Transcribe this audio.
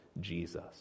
Jesus